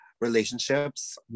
relationships